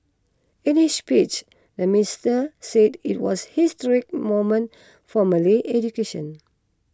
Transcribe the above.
in his speech the minister said it was historic moment for Malay education